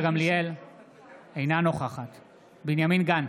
אינה נוכחת בנימין גנץ,